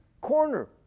corner